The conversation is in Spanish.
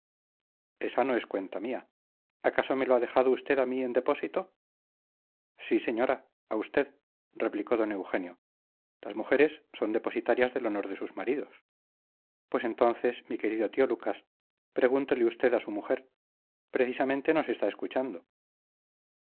esa no es cuenta mía acaso me lo ha dejado usted a mí en depósito sí señora a usted replicó don eugenio las mujeres son las depositarias del honor de sus maridos pues entonces pregúntele usted a su mujer precisamente nos está escuchando